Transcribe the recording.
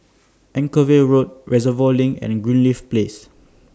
Anchorvale Road Reservoir LINK and Greenleaf Place